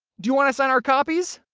do you want to sign our copies?